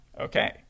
okay